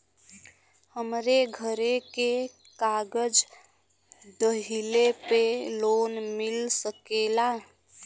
हमरे घरे के कागज दहिले पे लोन मिल सकेला?